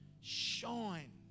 shine